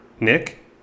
Nick